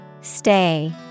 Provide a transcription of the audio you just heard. Stay